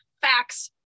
facts